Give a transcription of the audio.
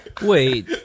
Wait